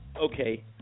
okay